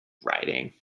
writing